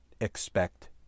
expect